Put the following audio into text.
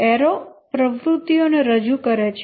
arrow પ્રવૃત્તિઓને રજૂ કરે છે